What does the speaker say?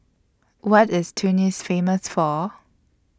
What IS Tunis Famous For